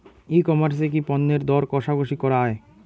ই commerce এ কি পণ্যের দর কশাকশি করা য়ায়?